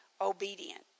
obedient